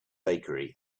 bakery